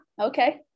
okay